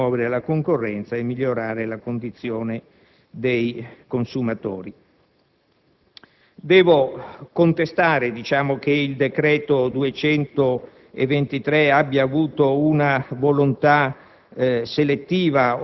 di intervento per promuovere la concorrenza e migliorare la condizione dei consumatori. Devo contestare che il decreto-legge n. 223 del 2006 abbia avuto una volontà